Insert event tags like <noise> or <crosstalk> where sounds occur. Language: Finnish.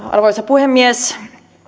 <unintelligible> arvoisa puhemies